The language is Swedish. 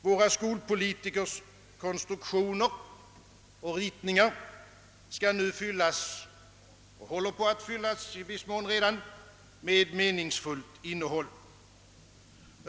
Våra skolpolitikers konstruktioner och ritningar skall nu och håller i viss mån redan på att fyllas med meningsfullt innehåll.